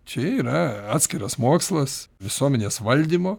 čia yra atskiras mokslas visuomenės valdymo